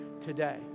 today